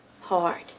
Hard